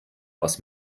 aus